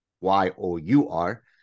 Y-O-U-R